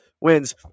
wins